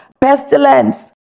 pestilence